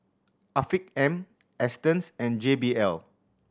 Afiq M Astons and J B L